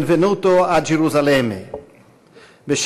Caro Presidente,